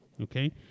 Okay